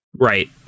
Right